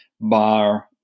bar